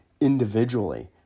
individually